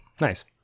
Nice